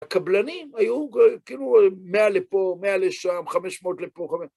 הקבלנים היו כאילו 100 לפה, 100 לשם, 500 לפה.